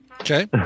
Okay